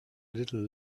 little